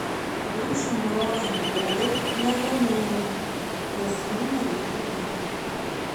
rūšinių rožių hibridai negenėjami nes jų nereikia dengti